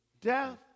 Death